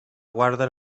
guarda